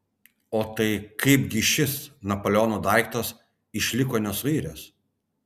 o tai kaip gi šis napoleono daiktas išliko nesuiręs